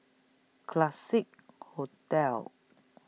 Classique Hotel